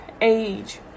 age